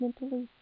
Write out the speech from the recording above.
mentally